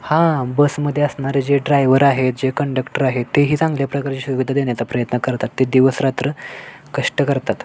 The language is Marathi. हां बसमध्ये असणारे जे ड्रायवर आहेत जे कंडक्टर आहेत तेही चांगल्या प्रकारची सुविधा देण्याचा प्रयत्न करतात ते दिवसरात्र कष्ट करतात